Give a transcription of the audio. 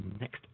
next